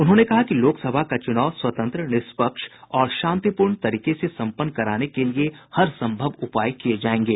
उन्होंने कहा कि लोकसभा का चुनाव स्वतंत्र निष्पक्ष और शांतिपूर्ण तरीके से सम्पन्न कराने के लिये हर संभव उपाय किये जायेंगे